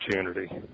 opportunity